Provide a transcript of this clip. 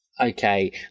Okay